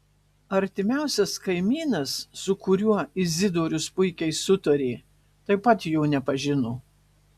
artimiausias kaimynas su kuriuo izidorius puikiai sutarė taip pat jo nepažino